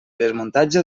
desmuntatge